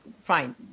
fine